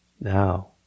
Now